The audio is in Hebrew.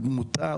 על דמותה,